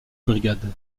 brigade